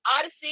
Odyssey